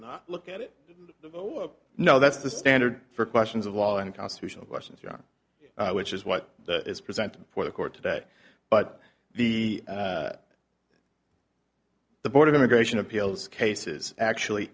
not look at it no that's the standard for questions of law and constitutional questions around which is what is present for the court today but the the board of immigration appeals cases actually